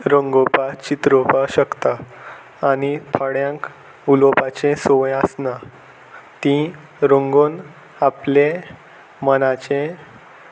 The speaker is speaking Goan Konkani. रंगोवपाक चित्रोवपाक शकता आनी थोड्यांक उलोवपाचें संवय आसना तीं रंगोवन आपलें मनाचें